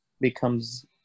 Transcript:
becomes